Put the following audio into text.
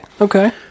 okay